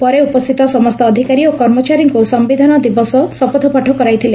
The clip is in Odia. ପରେ ଉପସ୍ତିତ ସମସ୍ତ ଅଧିକାରୀ ଓ କର୍ମଚାରୀଙ୍କୁ ସଣିଧାନ ଦିବସ ଶପଥପାଠ କରାଇଥିଲେ